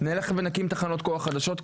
נלך ונקים תחנות כוח חדשות כאלה.